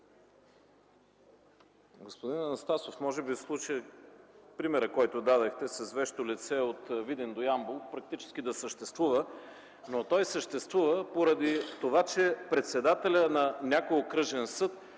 Господин Анастасов, може би примерът, който дадохте с вещо лице от Видин до Ямбол, практически съществува, но той съществува поради това, че председателят на някой Окръжен съд